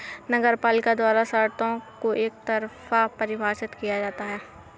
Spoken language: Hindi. नगरपालिका द्वारा शर्तों को एकतरफा परिभाषित किया जाता है